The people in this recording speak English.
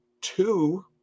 two